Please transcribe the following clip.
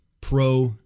pro